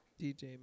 DJ